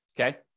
Okay